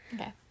Okay